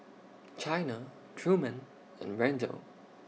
Chyna Truman and Randel